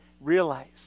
Realize